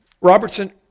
Robertson